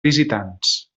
visitants